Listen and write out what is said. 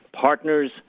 partners